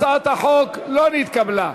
הצעת החוק לא נתקבלה.